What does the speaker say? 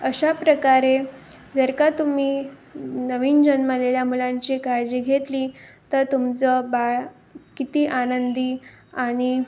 अशा प्रकारे जर का तुम्ही नवीन जन्मलेल्या मुलांची काळजी घेतली तर तुमचं बाळ किती आनंदी आणि